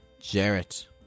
Jarrett